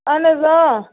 اَہَن حظ آ